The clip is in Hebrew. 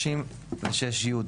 36 י'.